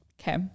Okay